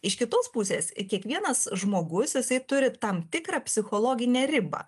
iš kitos pusės kiekvienas žmogus jisai turi tam tikrą psichologinę ribą